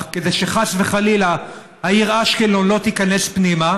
כדי שחס וחלילה העיר אשקלון לא תיכנס פנימה,